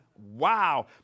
Wow